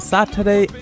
Saturday